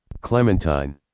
Clementine